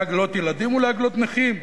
לעגלות ילדים או לעגלות נכים,